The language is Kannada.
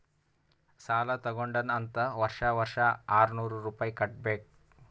ಸಾಲಾ ತಗೊಂಡಾನ್ ಅಂತ್ ವರ್ಷಾ ವರ್ಷಾ ಆರ್ನೂರ್ ರುಪಾಯಿ ಕಟ್ಟಬೇಕ್